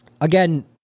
Again